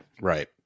right